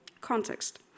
context